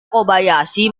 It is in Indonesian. kobayashi